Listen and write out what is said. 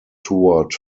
toward